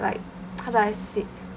like how do I say